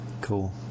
cool